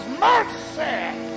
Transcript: mercy